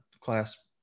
class